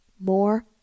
More